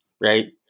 right